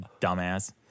dumbass